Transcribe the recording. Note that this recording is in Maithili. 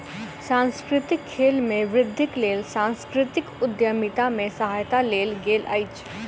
सांस्कृतिक खेल में वृद्धिक लेल सांस्कृतिक उद्यमिता के सहायता लेल गेल अछि